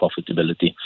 profitability